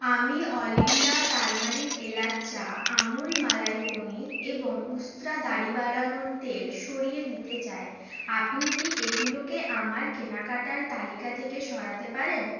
আমি Olinda turmeric এলাচ চা আমুল মালাই পনির এবং উস্ত্রা দাড়ি বাড়ানোর তেল সরিয়ে দিতে চাই আপনি কি এগুলোকে আমার কেনাকাটার তালিকা থেকে সরাতে পারেন